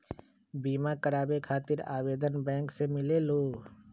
बिमा कराबे खातीर आवेदन बैंक से मिलेलु?